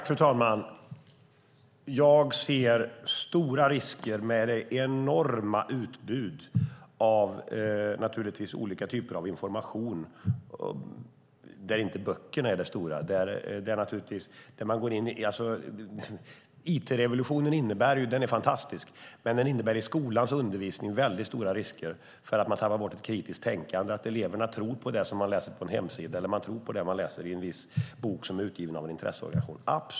Fru talman! Jag ser stora risker med det enorma utbudet av olika typer av information, där inte böckerna är det stora. It-revolutionen är fantastisk, men i skolans undervisning innebär den stora risker för att man tappar bort ett kritiskt tänkande. Eleverna tror på det de läser på en hemsida eller i en viss bok som är utgiven av en intresseorganisation.